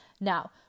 Now